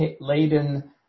laden